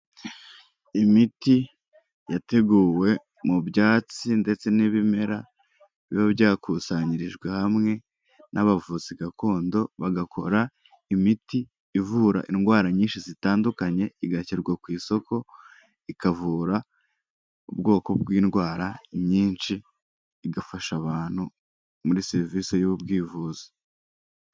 Imiti yateguwe mu byatsi ndetse n'ibimera biba byakusanyirijwe hamwe n'abavuzi gakondo bagakora, imiti ivura indwara nyinshi zitandukanye, igashyirwa ku isoko, ikavura ubwoko bw'indwara imyinshi, igafasha abantu muri serivise y'ubwivuzi.